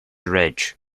ridge